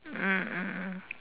mm mm mm